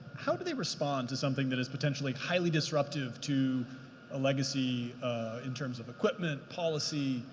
how do they respond to something that is potentially highly disruptive to a legacy in terms of equipment policy,